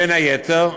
בין היתר,